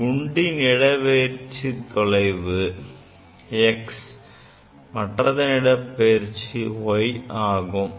ஒரு குண்டின் இடப்பெயர்ச்சி தொலைவு x மற்றதன் இடப்பெயர்ச்சி y ஆகும்